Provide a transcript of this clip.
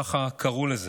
ככה קראו לזה.